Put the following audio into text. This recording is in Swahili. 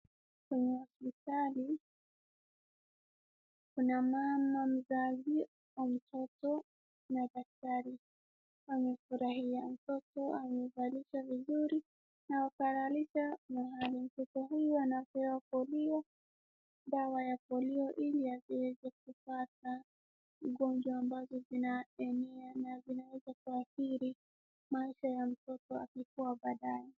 Kwenye hospitali kuna mama mzazi, na mtoto na daktari. Wamefurahia. Mtoto amevalishwa vizuri na akalalishwa mahali. Mtoto huyo anapewa polio. Dawa ya polio ili asiweze kupata ugonjwa ambavyo vinaenea na vinaeza kuadhiri maisha ya mtoto akikua baadaye.